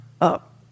Up